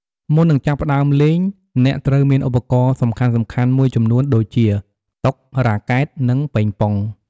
មុននឹងចាប់ផ្ដើមលេង អ្នកត្រូវមានឧបករណ៍សំខាន់ៗមួយចំនួនដូចជា តុ រ៉ាកែត និងប៉េងប៉ុង។